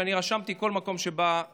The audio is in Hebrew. ואני רשמתי כל מקום שבו היינו.